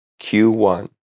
Q1